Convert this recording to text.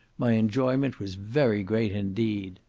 my enjoyment was very great indeed.